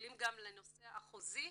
צוללים גם לנושא החוזי?